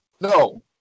No